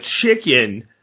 chicken